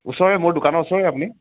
ওচৰৰে মোৰ দোকানৰ ওচৰৰে আপুনি